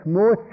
more